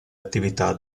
attività